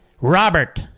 Robert